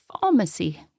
pharmacy